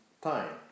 time